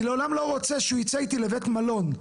אני לעולם לא ארצה שהוא יצא איתי לבית מלון.